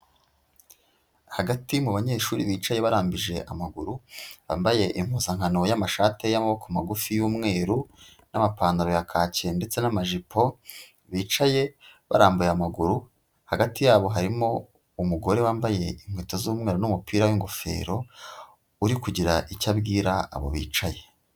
Hagati mu banyeshuri bicaye barambije amaguru, bambaye impuzankano y'amashati y'amaboko magufi y'umweru, n'amapantaro ya kake ndetse n'amajipo, bicaye barambuye amaguru, hagati yabo harimo umugore wambaye inkweto z'umweru n'umupira w'ingofero, uri kugira icyo abwira abo bicaye.